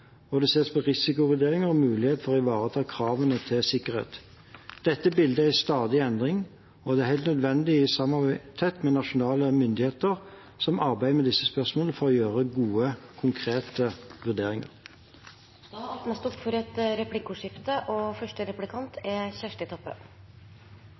og det ses på risikovurderinger og mulighet for å ivareta kravene til sikkerhet. Dette bildet er i stadig endring, og det er helt nødvendig å samarbeide tett med nasjonale myndigheter som arbeider med disse spørsmålene for å gjøre gode, konkrete vurderinger. Det blir replikkordskifte. Bakgrunnen for